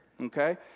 okay